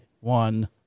one